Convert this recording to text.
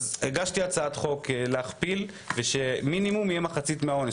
הגשתי הצעת חוק להכפיל ושהמינימום יהיה מחצית מהעונש.